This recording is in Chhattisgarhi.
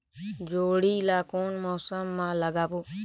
जोणी ला कोन मौसम मा लगाबो?